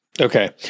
Okay